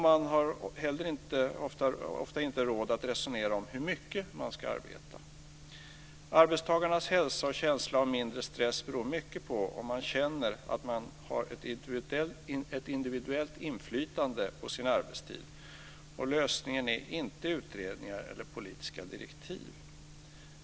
Man har ofta inte heller råd att resonera om hur mycket man ska arbeta. Arbetstagarnas hälsa och känsla av mindre stress beror mycket på om man känner att man har ett individuellt inflytande på sin arbetstid. Lösningen är inte utredningar eller politiska direktiv.